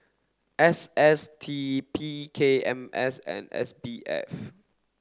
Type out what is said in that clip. S S T P K M S and S B F